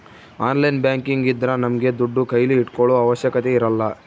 online banking ಇದ್ರ ನಮ್ಗೆ ದುಡ್ಡು ಕೈಲಿ ಇಟ್ಕೊಳೋ ಅವಶ್ಯಕತೆ ಇರಲ್ಲ